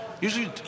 Usually